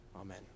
Amen